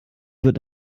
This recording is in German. wird